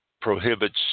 prohibits